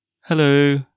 Hello